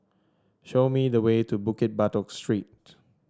show me the way to Bukit Batok Street